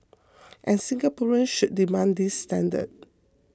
and Singaporeans should demand these standards